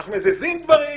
אנחנו מזיזים דברים,